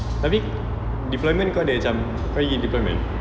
tapi deployment kau ada macam kau pergi deployment